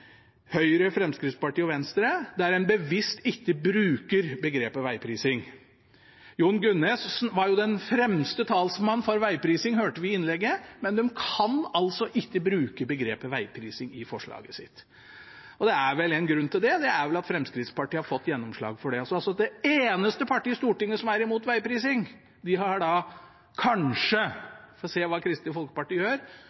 Høyre, Fremskrittspartiet og Venstre, der en bevisst ikke bruker begrepet «vegprising». Representanten Jon Gunnes var jo den fremste talsmannen for vegprising, hørte vi i innlegget, men de kan altså ikke bruke begrepet «vegprising» i forslaget sitt. Det er vel en grunn til det, og det er vel at Fremskrittspartiet har fått gjennomslag for det. Det eneste partiet i Stortinget som er imot vegprising, har